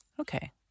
Okay